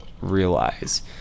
realize